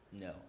No